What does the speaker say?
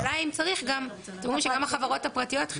אתם אומרים שגם החברות הפרטיות,